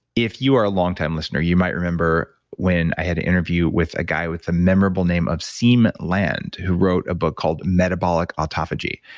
if you are a long time listener, you might remember when i had an interview with a guy with a memorable name of siim land who wrote a book called metabolic autophagy.